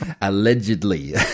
Allegedly